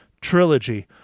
trilogy